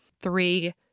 Three